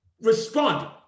respond